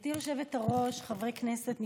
גברתי היושבת-ראש, חברי כנסת נכבדים,